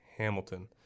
Hamilton